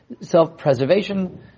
self-preservation